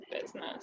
business